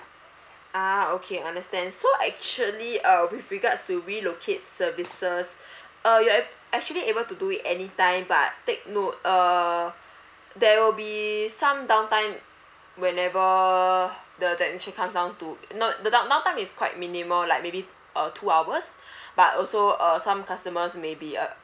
ah okay understand so actually uh with regards to relocate services uh you a~ actually able to do it anytime but take note uh there will be some downtime whenever the technician comes down to note the down~ downtime is quite minimal like maybe uh two hours but also uh some customers maybe uh